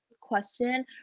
question